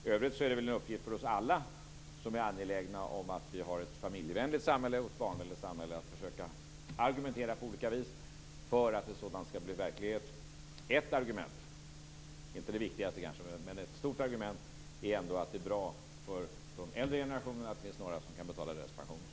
I övrigt är det en uppgift för oss alla som är angelägna om att vi skall ha ett familjevänligt och barnvänligt samhälle, att vi skall försöka att argumentera på olika vis för att ett sådant skall bli verklighet. Ett argument - inte det viktigaste kanske, men det är stort - är att det är bra för de äldre generationerna att det finns några som kan betala deras pensioner.